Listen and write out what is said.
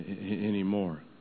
anymore